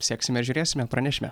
seksime ir žiūrėsime pranešime